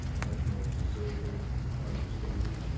much more conservative and understated.